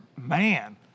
Man